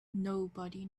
nobody